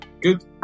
Good